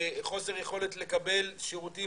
חוסר יכולת לקבל שירותים